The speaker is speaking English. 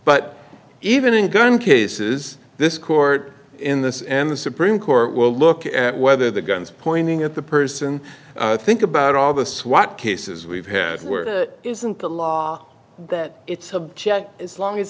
but even in gun cases this court in this and the supreme court will look at whether the guns pointing at the person think about all the swat cases we've had where that isn't the law that it's object as long as